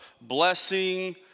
blessing